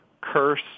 curse